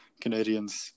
Canadians